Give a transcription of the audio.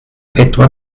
pedwar